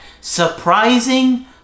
Surprising